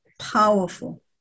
powerful